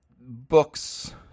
books